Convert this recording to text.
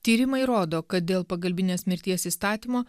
tyrimai rodo kad dėl pagalbinės mirties įstatymo